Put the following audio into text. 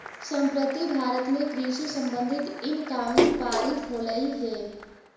संप्रति भारत में कृषि संबंधित इन कानून पारित होलई हे